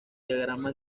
diagrama